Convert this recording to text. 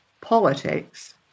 politics